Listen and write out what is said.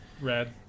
Red